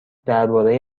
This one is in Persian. درباره